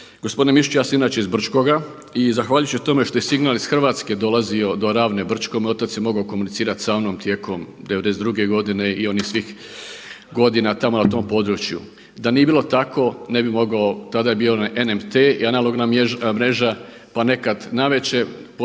Gospodine Mišiću, ja sam inače iz Brčkoga i zahvaljujući tome što je signal iz Hrvatske dolazio do Ravne Brčko moj otac je mogao komunicirati samnom tijekom '92. godine i onih svih godina tamo na tom području. Da nije bilo tako, ne bi mogao, tada je bio onaj NMT analogna mreža ponekad navečer popne